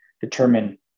determine